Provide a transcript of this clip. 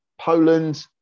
Poland